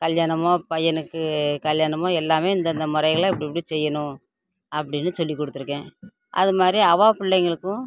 கல்யாணமோ பையனுக்கு கல்யாணமோ எல்லாமே இந்த இந்த முறையில் இப்படி இப்படி செய்யணும் அப்படின்னு சொல்லிக் கொடுத்துருக்கேன் அது மாதிரி அவ பிள்ளைங்களுக்கும்